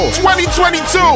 2022